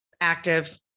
active